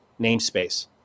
namespace